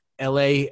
la